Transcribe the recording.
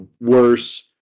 worse